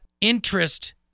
interest